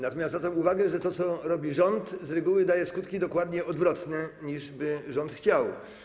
Natomiast zwracam uwagę, że to, co robi rząd, z reguły daje skutki dokładnie odwrotne, niż rząd by chciał.